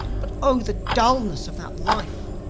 but oh, the dullness of that life!